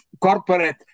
corporate